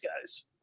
guys